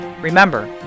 Remember